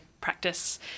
practice